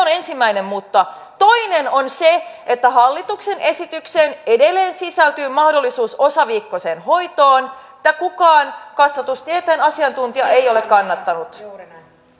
on ensimmäinen mutta toinen on se että hallituksen esitykseen edelleen sisältyy mahdollisuus osaviikkoiseen hoitoon mitä kukaan kasvatustieteen asiantuntija ei ole kannattanut